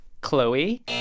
Chloe